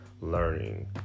learning